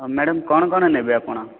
ହଁ ମ୍ୟାଡ଼ାମ କ'ଣ କ'ଣ ନେବେ ଆପଣ